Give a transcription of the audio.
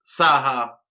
Saha